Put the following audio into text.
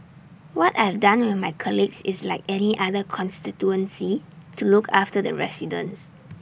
what I've done with my colleagues is like any other constituency to look after the residents